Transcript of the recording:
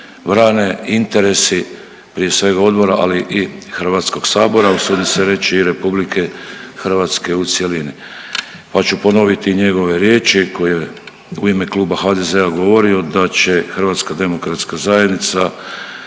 brane interesi prije svega odbora, ali i Hrvatskog sabora usudim se reći i RH u cjelini. Pa ću ponoviti njegove riječi koje je u ime Kluba HDZ-a govorio da će HDZ prihvatiti